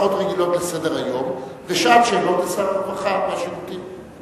הצעות רגילות לסדר-היום ושעת שאלות לשר הרווחה והשירותים החברתיים.